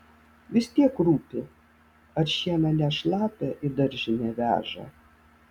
vis tiek rūpi ar šieną ne šlapią į daržinę veža